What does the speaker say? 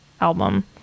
album